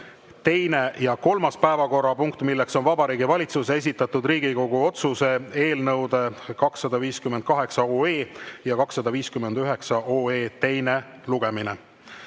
teine ja kolmas päevakorrapunkt, Vabariigi Valitsuse esitatud Riigikogu otsuse eelnõude 258 ja 259 teine lugemine.